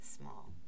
small